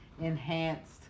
enhanced